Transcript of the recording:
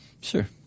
Sure